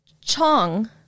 Chong